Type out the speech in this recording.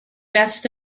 best